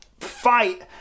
fight